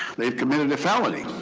they've committed a felony.